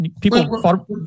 People